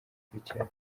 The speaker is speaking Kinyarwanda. akurikiranwe